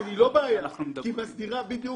יש שיקולי דעת,